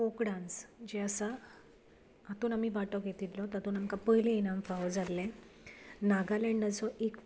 folk dance जें आसा हातूंत आमी वांटो घेतिल्लो तातूंत आमकां पयलें इनाम फावो जाल्लें नागालँडाचो एक